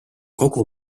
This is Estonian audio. kogu